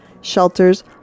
shelters